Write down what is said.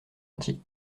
entier